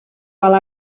while